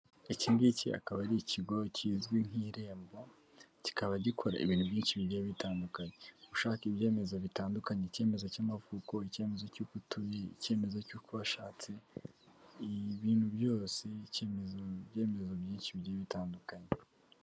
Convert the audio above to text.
Iki ngiki akaba ari ikigo kizwi nk'Irembo, kikaba gikora ibintu byinshi bigiye bitandukanye. Ushaka ibyemezo bitandukanye: icyemezo cy'amavuko, icyemezo cy'uko utuye, icyemezo cy'uko washatse, ibintu byose, ibyemezo byinshi bigiye bitandukanye.